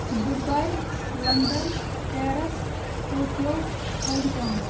Dubai London Paris Tokyo Hong Kong